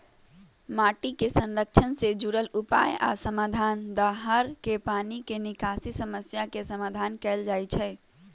माटी के संरक्षण से जुरल उपाय आ समाधान, दाहर के पानी के निकासी समस्या के समाधान कएल जाइछइ